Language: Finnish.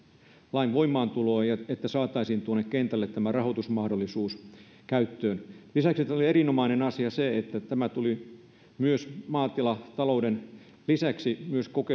lain voimaantuloa että saataisiin tuonne kentälle tämä rahoitusmahdollisuus käyttöön lisäksi oli erinomainen asia se että tämä tuli maatilatalouden lisäksi